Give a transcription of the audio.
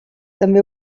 també